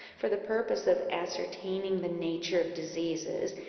for the purpose of ascertaining the nature of diseases,